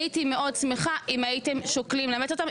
הייתי מאוד שמחה אם הייתם שוקלים לאמץ אותם,